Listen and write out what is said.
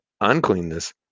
uncleanness